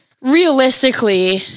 Realistically